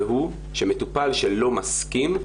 והוא שמטופל שלא מסכים,